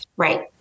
Right